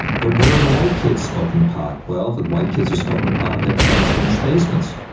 but where are the white kids smoking pot? well, the white kids are smoking pot in their parents' finished basements.